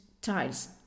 tiles